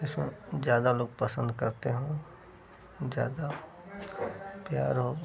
जिसमें ज़्यादा लोग पसन्द करते हों ज़्यादा प्यार हो